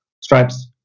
stripes